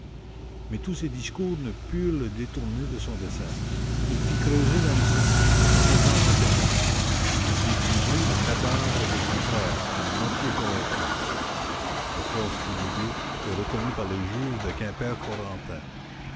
mais tous ces discours ne purent le détourner de son dessin il fit creuser dans le cellier en présence de témoins on découvrit le cadavre de son frère à moitié corrompu le corps fut levé et reconnu par le juge de